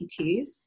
PTs